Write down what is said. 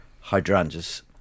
hydrangeas